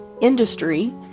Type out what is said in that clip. industry